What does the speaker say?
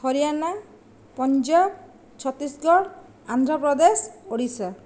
Haryana Punjab Chhattisgarh Andhra Pradesh Odisha